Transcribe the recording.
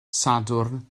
sadwrn